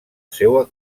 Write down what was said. seua